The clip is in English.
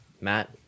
Matt